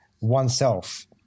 oneself